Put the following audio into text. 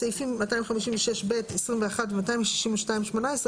(6) בסעיפים 256(ב)(21) ו-262(18),